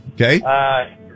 Okay